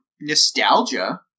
nostalgia